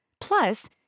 Plus